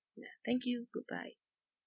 ya thank you goodbye